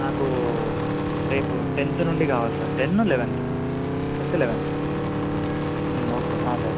నాకు రేపు టెన్త్ నుండి కావాలి sir tenth eleventh tenth eleventh okay sir